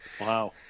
Wow